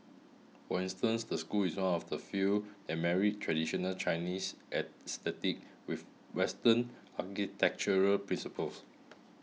for instance the school is one of the few that married traditional Chinese aesthetics with Western architectural principles